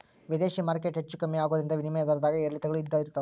ವಿದೇಶಿ ಮಾರ್ಕೆಟ್ ಹೆಚ್ಚೂ ಕಮ್ಮಿ ಆಗೋದ್ರಿಂದ ವಿನಿಮಯ ದರದ್ದಾಗ ಏರಿಳಿತಗಳು ಇದ್ದ ಇರ್ತಾವ